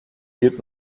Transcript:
did